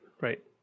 right